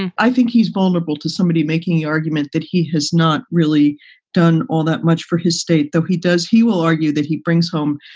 and i think he's vulnerable to somebody making the argument that he has not really done all that much for his state, though he does. he will argue that he brings home,